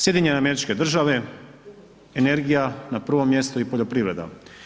SAD energija na prvom mjestu i poljoprivreda.